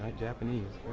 ah japanese.